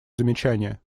замечания